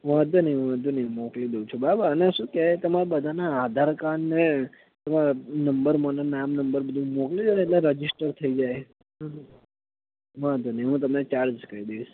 વાંધો નહીં વાંધો નહીં મોકલી દઉં છું બરાબર અને શું કે તમારા બધાના આધારકાર્ડને તમારા નંબર મને નામ નંબર બધું મોકલી દેજોને એટલે રજિસ્ટર થઈ જાય વાંધો નહીં હું તમને ચાર્જ કહી દઈશ